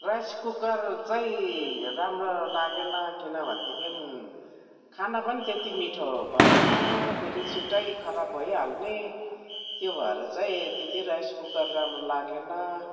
rice cooker चाहिँ राम्रो लागेन किनभनेदेखि खाना पनि त्यति मिठो भएन फेरि छिटै खराब भइहाल्ने त्यो भएर चाहिँ त्यति राइस कुकर राम्रो लागेन